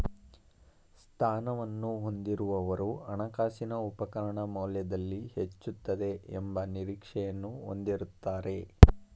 ಸ್ಥಾನವನ್ನು ಹೊಂದಿರುವವರು ಹಣಕಾಸಿನ ಉಪಕರಣ ಮೌಲ್ಯದಲ್ಲಿ ಹೆಚ್ಚುತ್ತದೆ ಎಂಬ ನಿರೀಕ್ಷೆಯನ್ನು ಹೊಂದಿರುತ್ತಾರೆ